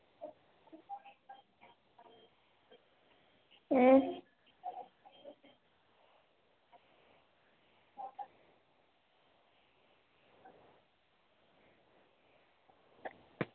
अं